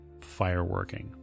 fireworking